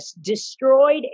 destroyed